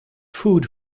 food